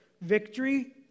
victory